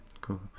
Cool